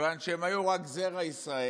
כיוון שהם היו רק זרי ישראל